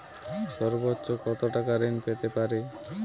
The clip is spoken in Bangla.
সর্বোচ্চ কত টাকা ঋণ পেতে পারি?